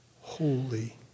holy